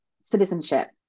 citizenship